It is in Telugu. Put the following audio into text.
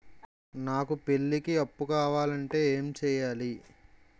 నాకు పెళ్లికి అప్పు కావాలంటే ఏం చేయాలి?